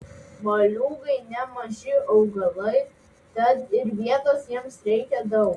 moliūgai nemaži augalai tad ir vietos jiems reikia daug